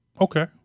Okay